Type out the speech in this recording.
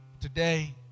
today